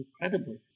incredible